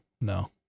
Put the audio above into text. no